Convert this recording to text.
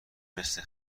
مثل